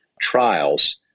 trials